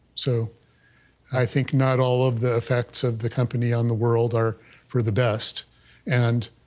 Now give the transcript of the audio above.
so i think not all of the effects of the company on the world are for the best and,